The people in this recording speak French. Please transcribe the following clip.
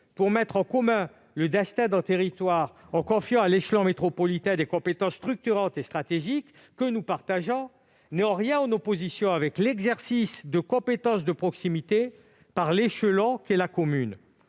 pour mettre en commun le destin d'un territoire en confiant à l'échelon métropolitain des compétences structurantes et stratégiques, que nous approuvons, n'est en rien en opposition avec l'exercice de compétences de proximité par l'échelon qu'est la commune